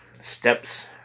steps